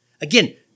Again